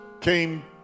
came